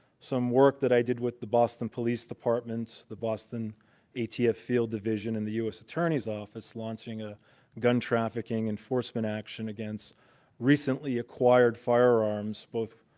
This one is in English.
some work that i did with the boston police department, the boston atf field division, and the us attorney's office, launching a gun trafficking enforcement action against recently acquired firearms, both